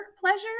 pleasure